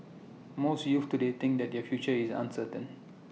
most youths today think that their future is uncertain